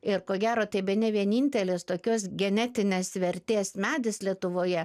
ir ko gero tai bene vienintelės tokios genetinės vertės medis lietuvoje